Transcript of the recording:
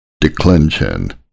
Declension